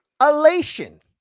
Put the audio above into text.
elation